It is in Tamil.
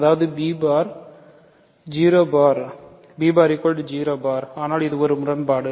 அதாவது b பார் 0 பார் ஆனால் இது ஒரு முரண்பாடு